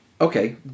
okay